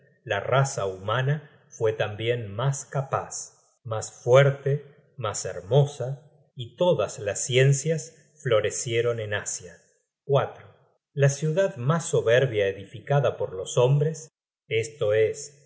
la raza humana fue tambien mas capaz mas fuer te mas hermosa y todas las ciencias florecieron en asia content from google book search generated at la ciudad mas soberbia edificada por los hombres esto es